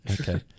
okay